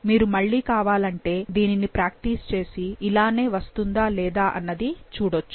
మీరు మళ్ళీ కావాలంటే దీనిని ప్రాక్టీస్ చేసి ఇలానే వస్తుందా లేదా అన్నది చూడొచ్చు